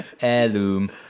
Heirloom